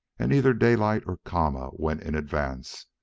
and either daylight or kama went in advance,